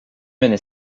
mené